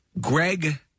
Greg